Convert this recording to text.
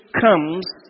comes